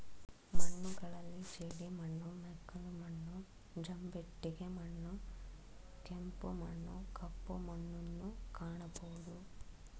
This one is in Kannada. ಮಣ್ಣುಗಳಲ್ಲಿ ಜೇಡಿಮಣ್ಣು, ಮೆಕ್ಕಲು ಮಣ್ಣು, ಜಂಬಿಟ್ಟಿಗೆ ಮಣ್ಣು, ಕೆಂಪು ಮಣ್ಣು, ಕಪ್ಪು ಮಣ್ಣುನ್ನು ಕಾಣಬೋದು